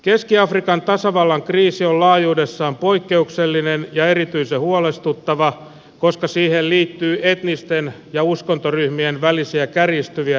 keski afrikan tasavallan kriisi on laajuudessaan poikkeuksellinen ja erityisen huolestuttava koska siihen liittyy etnisten ja uskontoryhmien välisiä kärjistyviä ristiriitoja